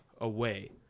away